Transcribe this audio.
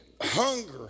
hunger